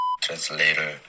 Translator